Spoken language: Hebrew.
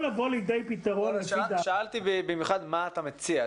במיוחד שאלתי מה אתה מציע.